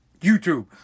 YouTube